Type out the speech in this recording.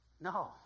No